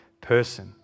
person